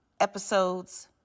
episodes